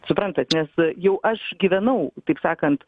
suprantat nes jau aš gyvenau taip sakant